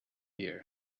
here